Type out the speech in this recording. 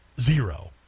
Zero